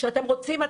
כשאתם רוצים,